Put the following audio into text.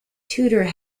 tudor